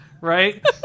right